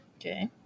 Okay